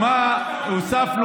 הוספנו